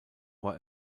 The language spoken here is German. war